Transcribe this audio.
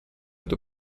эту